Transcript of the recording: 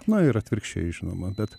na ir atvirkščiai žinoma bet